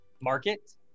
market